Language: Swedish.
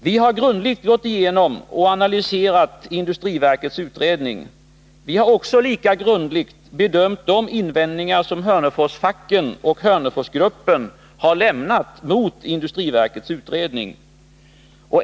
Vi har grundligt gått igenom och analyserat industriverkets utredning. Vi har också lika grundligt bedömt de invändningar som Hörneforsfacken och Hörneforsgruppen har lämnat mot industriverkets utredning.